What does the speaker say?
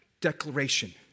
declaration